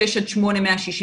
שש עד שמונה 165,